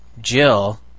Jill